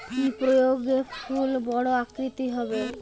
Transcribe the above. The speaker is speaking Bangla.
কি প্রয়োগে ফুল বড় আকৃতি হবে?